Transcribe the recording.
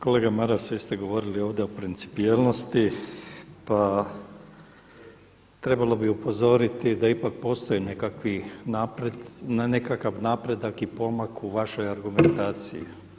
Kolega Maras vi ste govorili ovdje o principijelnosti pa trebalo bi upozoriti da ipak postoji nekakav napredak i pomak u vašoj argumentaciji.